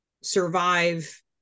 survive